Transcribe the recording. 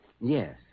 Yes